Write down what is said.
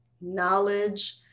knowledge